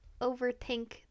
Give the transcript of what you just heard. overthink